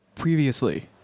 previously